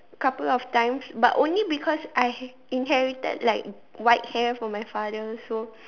couple of times but only because I inherited like white hair from my father so